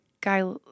guy